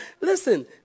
listen